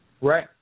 right